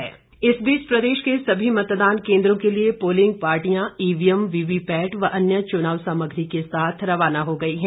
polling parties इस बीच प्रदेश के सभी मतदान केन्द्रों के लिए पोलिंग पार्टियां ईवीएम वीवीपैट व अन्य चुनाव सामग्री के साथ रवाना हो गई हैं